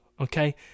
okay